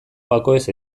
gakoez